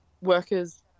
workers